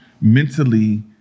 mentally